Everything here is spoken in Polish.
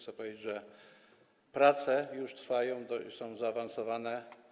Chcę powiedzieć, że prace już trwają, są zaawansowane.